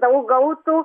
daug gautų